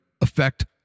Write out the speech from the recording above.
affect